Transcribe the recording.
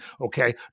Okay